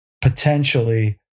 potentially